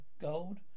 Gold